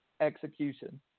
execution